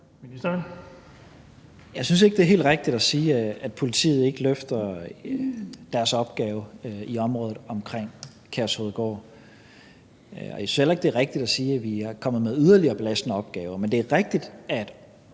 Jeg synes ikke, det er helt rigtigt at sige, at politiet ikke løfter deres opgave i området omkring Kærshovedgård. Jeg synes heller ikke, at det er rigtigt at sige, at vi er kommet med yderligere belastende opgaver. Men det er rigtigt, at